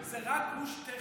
יואב, זה רק גוש טכני.